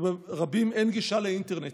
וברבים אין גישה לאינטרנט.